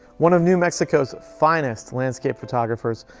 one of new mexico's finest landscape photographers,